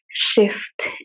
Shift